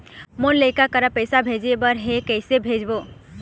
मोर लइका करा पैसा भेजें बर हे, कइसे भेजबो?